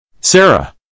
Sarah